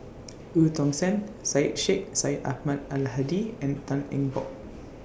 EU Tong Sen Syed Sheikh Syed Ahmad Al Hadi and Tan Eng Bock